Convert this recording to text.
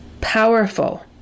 powerful